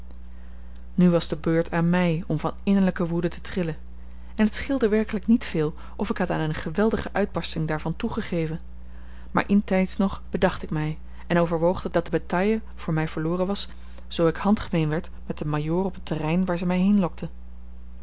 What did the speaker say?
nu was de beurt aan mij om van innerlijke woede te trillen en het scheelde werkelijk niet veel of ik had aan eene geweldige uitbarsting daarvan toegegeven maar intijds nog bedacht ik mij en overwoog dat de bataille voor mij verloren was zoo ik handgemeen werd met den majoor op het terrein waar zij mij